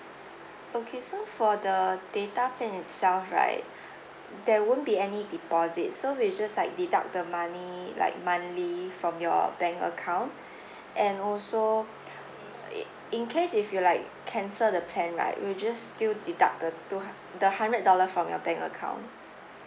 okay so for the data plan itself right there won't be any deposit so we'll just like deduct the money like monthly from your bank account and also uh in case if you like cancel the plan right we'll just still deduct the two hu~ the hundred dollar from your bank account